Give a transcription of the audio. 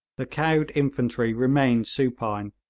the cowed infantry remained supine,